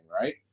Right